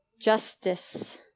Justice